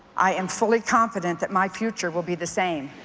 i am fully confident that my future will be the same,